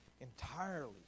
entirely